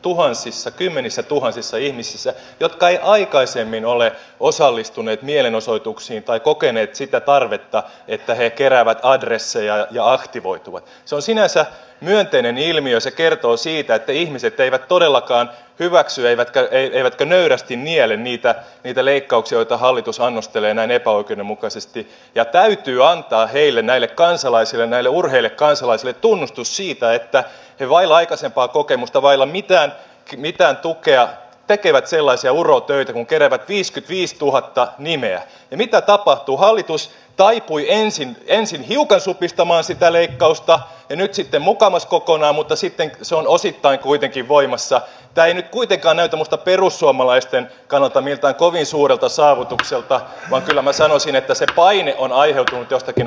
tuhansissa kymmenissätuhansissa ihmisissä jotka ei aikaisemmin ole osallistuneet mielenosoituksiin tai kokeneet sitä tarvetta että he keräävät addressia ja aktivoituvat soi sinänsä myönteinen ilmiö se kertoo siitä että ihmiset eivät todellakaan hyväksyä eivätkä ne eivät ole kiinni eli niitä edeleikkauksiltahallitus annostelee näin epookinmukaisesti ja täytyy antaa heille näille kansalaisille neliurheille kansalaisille tunnustus siitä että kilpailu aikaisempaa kokemusta vailla mitään mitään tukea tekevät sellaisia urotöitä keräävät viiskyt viisituhatta nimeä ja mitä tapahtuu hallitus taipui ensin ensin hiukan supistamaan sitä leikkausta yhdeksikkömukamas kokonaan mutta ensimmäisenä puhujalistalla on osittain kuitenkin voimassa päin ei kuitenkaan näytä mutta perussuomalaisten kannata mitään kovin suurelta saavutukselta vaan kyllä mä sanoisin että sen mainion ainut jostakin